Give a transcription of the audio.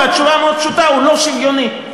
התשובה מאוד פשוטה: הוא לא שוויוני.